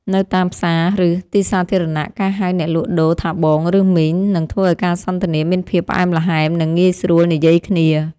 នៅតាមផ្សារឬទីសាធារណៈការហៅអ្នកលក់ដូរថាបងឬមីងនឹងធ្វើឱ្យការសន្ទនាមានភាពផ្អែមល្ហែមនិងងាយស្រួលនិយាយគ្នា។